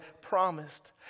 promised